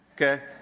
Okay